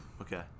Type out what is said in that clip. Okay